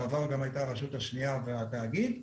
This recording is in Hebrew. בעבר הייתה גם הרשות השנייה והתאגיד,